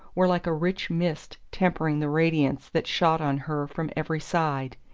were like a rich mist tempering the radiance that shot on her from every side,